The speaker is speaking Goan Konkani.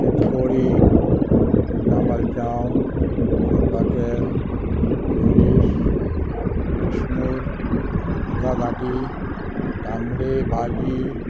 शेतकडी सुंगटां बालचांव सोरपातेल च्योरीश किशमूर मुगा गाठी तांबडे भाजी